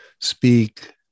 speak